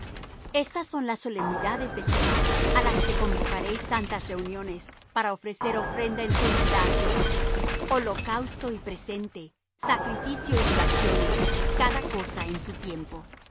estas son las solemnidades de jehová á las que convocaréis santas reuniones para ofrecer ofrenda encendida a jehová holocausto y presente sacrificio y libaciones cada cosa en su tiempo